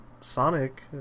Sonic